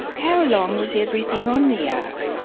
how long was everything on the ark?